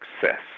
success